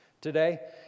today